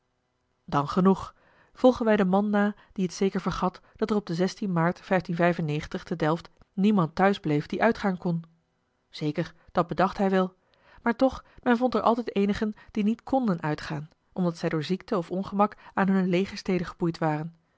dan genoeg volgen wij den man na die het zeker vergat dat er op den aart te delft niemand thuis bleef die uitgaan kon zeker dat bedacht hij wel maar toch men vond er altijd eenigen die niet konden uitgaan omdat zij door ziekte of ongemak aan hunne legersteden geboeid waren